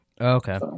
Okay